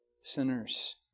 sinners